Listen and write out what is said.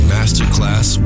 Masterclass